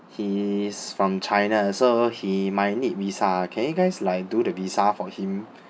he is from china so he might need visa can you guys like do the visa for him